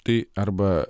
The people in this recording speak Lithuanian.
tai arba